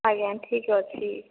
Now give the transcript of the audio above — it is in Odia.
ଆଜ୍ଞା ଠିକ୍ ଅଛି